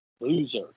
loser